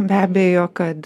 be abejo kad